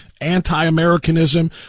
anti-Americanism